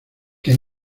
que